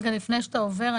לפני שאתה עובר,